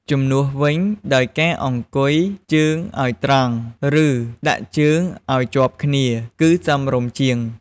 ជំនួសវិញដោយការ អង្គុយជើងឲ្យត្រង់ ឬដាក់ជើងអោយជាប់គ្នា គឺសមរម្យជាង។